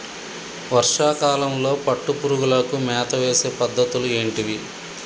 వర్షా కాలంలో పట్టు పురుగులకు మేత వేసే పద్ధతులు ఏంటివి?